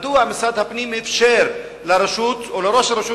מדוע משרד הפנים אפשר לרשות או לראש הרשות